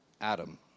Adam